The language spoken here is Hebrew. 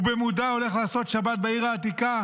הוא במודע הולך לעשות שבת בעיר העתיקה.